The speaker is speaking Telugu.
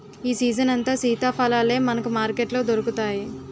ఈ సీజనంతా సీతాఫలాలే మనకు మార్కెట్లో దొరుకుతాయి